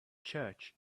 church